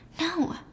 No